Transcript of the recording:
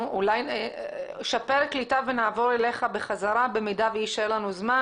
נעבור אליך בחזרה אם יישאר זמן,